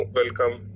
welcome